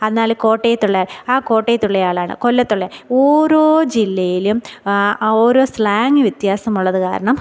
എന്നാൽ കോട്ടയത്തുള്ള ആ കോട്ടയത്തുള്ള ആളാണ് കൊല്ലത്തുള്ള ഓരോ ജില്ലയിലും ആ ഓരോ സ്ലാങ്ങ് വ്യത്യാസമുള്ളത് കാരണം